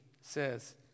says